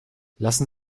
lassen